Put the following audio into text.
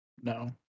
No